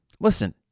Listen